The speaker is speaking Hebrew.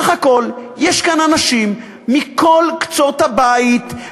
בסך הכול יש כאן אנשים מכל קצות הבית,